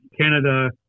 Canada